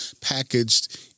packaged